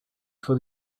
for